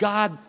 God